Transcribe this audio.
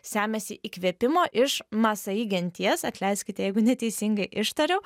semiasi įkvėpimo iš masai genties atleiskite jeigu neteisingai ištariau